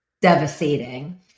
devastating